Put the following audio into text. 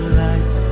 life